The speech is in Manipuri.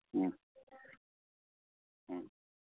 ꯎꯝ ꯎꯝ